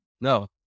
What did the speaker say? No